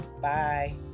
bye